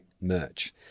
merch